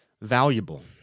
valuable